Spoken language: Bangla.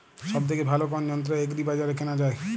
সব থেকে ভালো কোনো যন্ত্র এগ্রি বাজারে কেনা যায়?